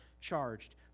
charged